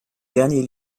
dernier